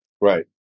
right